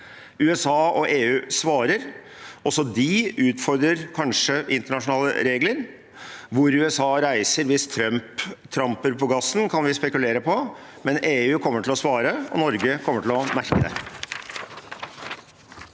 USA og EU svarer. Også de utfordrer internasjonale regler, der USA reiser hvis Trump tramper på gassen, kan vi spekulere på, men EU kommer til å svare, og Norge kommer til å merke det.